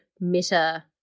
meta